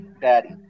Daddy